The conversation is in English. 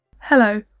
Hello